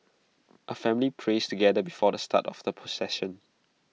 A family prays together before the start of the procession